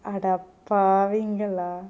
அடப்பாவிங்களா:adapavingala